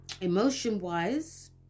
emotion-wise